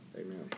Amen